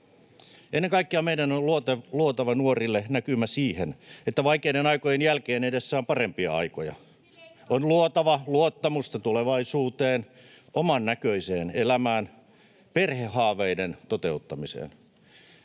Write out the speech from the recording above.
Ennen kaikkea meidän on luotava nuorille näkymä siihen, että vaikeiden aikojen jälkeen edessä on parempia aikoja. [Veronika Honkasalon välihuuto] On luotava luottamusta tulevaisuuteen, omannäköiseen elämään ja perhehaaveiden toteuttamiseen.